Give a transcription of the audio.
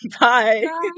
bye